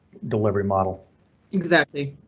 delivery model exactly.